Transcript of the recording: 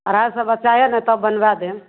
अढ़ाइ सए बच्चा अहि ने तब बनबाए देब